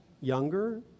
younger